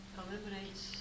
eliminates